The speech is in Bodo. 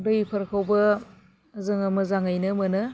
दैफोरखौबो जोङो मोजाङैनो मोनो